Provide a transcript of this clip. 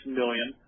million